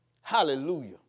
Hallelujah